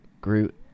Groot